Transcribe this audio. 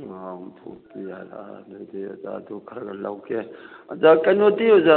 ꯑꯧ ꯑꯗꯩꯗꯤ ꯑꯣꯖꯥ ꯑꯗꯨ ꯈꯔ ꯂꯧꯒꯦ ꯑꯣꯖꯥ ꯀꯩꯅꯣꯗꯤ ꯑꯣꯖꯥ